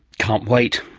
can't wait.